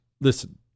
Listen